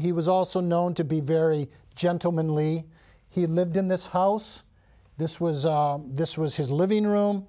he was also known to be very gentlemanly he had lived in this house this was this was his living room